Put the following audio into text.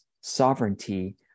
sovereignty